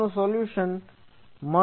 તેનું સોલ્યુશન અહીં મળેલ છે